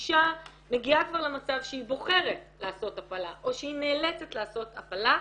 כשאישה מגיעה כבר למצב שהיא בוחרת לעשות הפלה או שהיא נאלצת לעשות הפלה,